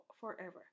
forever